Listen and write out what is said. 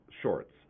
shorts